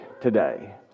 today